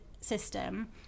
system